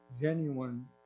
genuine